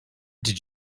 did